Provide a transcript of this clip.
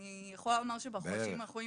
אני יכולה להגיד שבחודשים האחרונים